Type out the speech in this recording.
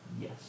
Yes